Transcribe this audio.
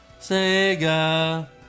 Sega